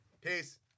Peace